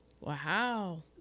Wow